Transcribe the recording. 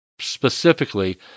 specifically